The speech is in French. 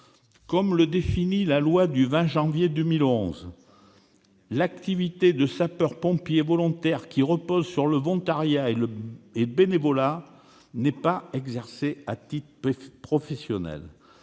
Comme le définit la loi du 20 juillet 2011, « l'activité de sapeur-pompier volontaire, qui repose sur le volontariat et le bénévolat, n'est pas exercée à titre professionnel